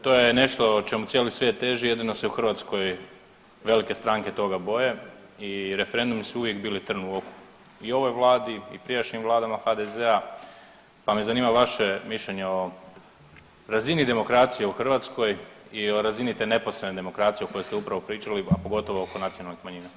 To je nešto čemu cijeli svijet teži jedino se u Hrvatskoj velike stranke toga boje i referendumi su uvijek bili trn u oku i ovoj vladi i prijašnjim vladama HDZ-a, pa me zanima vaše mišljenje o razini demokracije u Hrvatskoj i o razini te neposredne demokracije o kojoj ste upravo pričali, a pogotovo oko nacionalnih manjina.